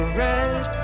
red